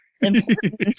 important